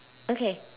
okay